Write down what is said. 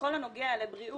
בכל הנוגע לבריאות,